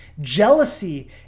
Jealousy